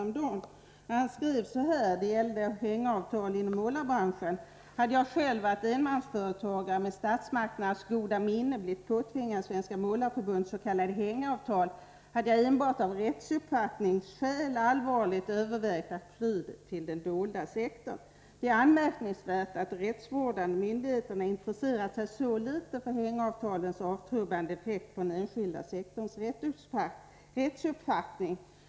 Han skrev följande beträffande hängavtalen inom målarbranschen: ”Hade jag själv varit enmansföretagare och med statsmakternas goda minne blivit påtvingad Svenska Målarförbundets s.k. hängavtal hade jag enbart av rättsuppfattningsskäl allvarligt övervägt att fly till den dolda sektorn. Det är anmärkningsvärt att de rättsvårdande myndigheterna intresserat sig så litet för hängavtalens avtrubbande effekt på den enskilda sektorns rättsuppfattning.